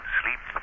sleep